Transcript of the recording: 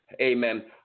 Amen